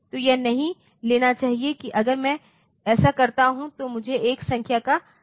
तो यह नहीं लेना चाहिए कि अगर मैं ऐसा करता हूं तो मुझे एक संख्या का नकारात्मक मिलेगा